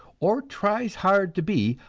or tries hard to be,